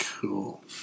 Cool